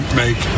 make